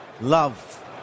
love